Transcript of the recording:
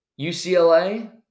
UCLA